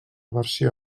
versió